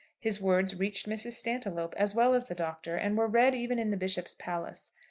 his words reached mrs. stantiloup, as well as the doctor, and were read even in the bishop's palace.